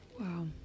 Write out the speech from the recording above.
wow